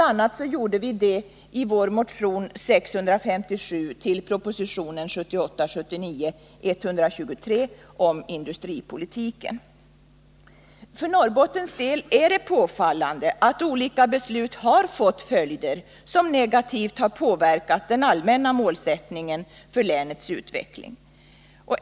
a. gjorde vi det i vår motion 657 till propositionen 1978/79:123 om industripolitiken. För Norrbottens del är det påfallande att olika beslut har fått följder som negativt påverkat den allmänna målsättningen för länets utveckling.